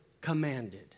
commanded